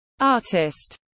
artist